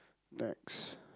next